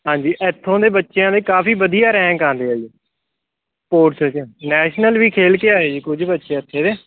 ਹਾਂਜੀ ਇੱਥੋਂ ਦੇ ਬੱਚਿਆਂ ਦੇ ਕਾਫ਼ੀ ਵਧੀਆ ਰੈਂਕ ਆਉਂਦੇ ਆ ਜੀ ਸਪੋਰਟਸ 'ਚ ਨੈਸ਼ਨਲ ਵੀ ਖੇਲ ਕੇ ਆਏ ਜੀ ਕੁਝ ਬੱਚੇ ਇੱਥੇ ਦੇ